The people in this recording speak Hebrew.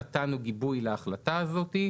נתנו גיבוי להחלטה הזאת.